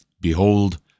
Behold